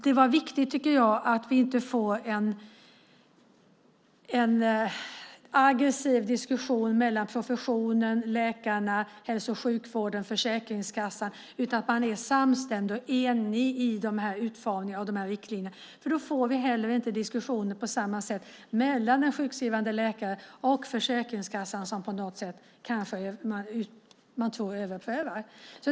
Det är viktigt att vi inte får en aggressiv diskussion mellan professionen, läkarna, hälso och sjukvården och Försäkringskassan utan att man är samstämd och enig i utformningen av riktlinjerna. Då får vi inte heller diskussioner på samma sätt mellan den sjukskrivande läkaren och Försäkringskassan, som man kanske tror överprövar.